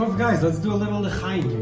um guys, let's do a little l'chaim